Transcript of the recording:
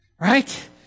Right